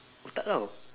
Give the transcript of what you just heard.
otak kau